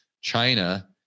China